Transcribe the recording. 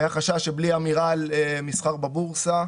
היה חשש שבלי אמירה על מסחר בבורסה,